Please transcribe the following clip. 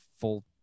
full